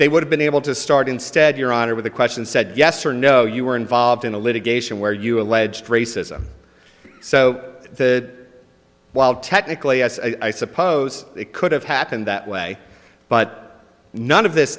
would have been able to start instead your honor with a question said yes or no you were involved in a litigation where you alleged racism so that while technically yes i suppose it could have happened that way but none of this